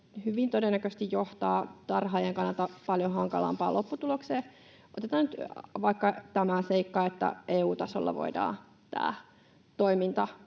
hyvin todennäköisesti johtaa tarhaajien kannalta paljon hankalampaan lopputulokseen. Jos otetaan nyt vaikka tämä seikka, että EU-tasolla voidaan tämä toiminta